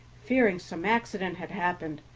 fearing some accident had happened,